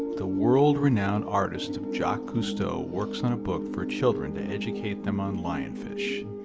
the world-renowned artist of jacques cousteau, works on a book for children to educate them on lionfish